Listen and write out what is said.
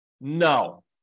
No